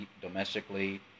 domestically